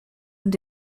und